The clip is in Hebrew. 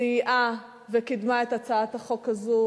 סייעה וקידמה את הצעת החוק הזאת.